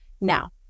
Now